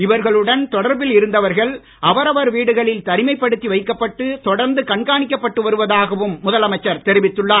இவர்களுடன் தொடர்பில் இருந்தவர்கள் அவரவர் வீடுகளில் தனிமைப்படுத்தி வைக்கப்பட்டு தொடர்ந்து கண்காணிக்கப்பட்டு வருவதாகவும் தெரிவித்துள்ளார்